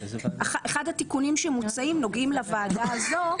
אחד התיקונים שמוצעים נוגעים לוועדה הזו,